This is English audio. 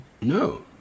No